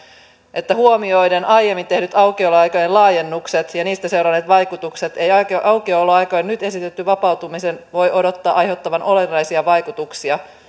että huomioiden aiemmin tehdyt aukioloaikojen laajennukset ja niistä seuranneet vaikutukset ei aukioloaikojen nyt esitetyn vapautumisen voi odottaa aiheuttavan olennaisia vaikutuksia